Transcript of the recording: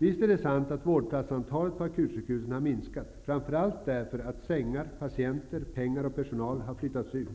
Visst är det sant att antalet vårdplatser på akutsjukhusen har minskat framför allt därför att sängar, patienter, pengar och personal har flyttats ut